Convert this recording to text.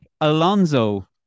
Alonso